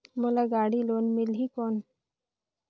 मोला गाड़ी लोन मिलही कौन?